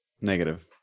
negative